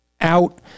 out